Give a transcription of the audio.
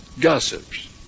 gossips